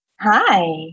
Hi